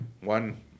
one